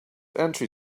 entry